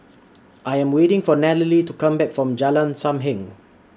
I Am waiting For Natalie to Come Back from Jalan SAM Heng